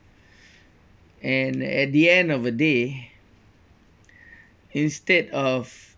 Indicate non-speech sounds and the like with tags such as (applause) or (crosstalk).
(breath) and at the end of the day instead of